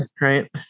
right